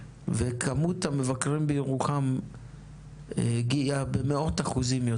וכמות המבקרים בירוחם עלתה במאות אחוזים.